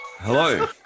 hello